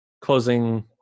closing